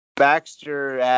Baxter